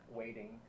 waiting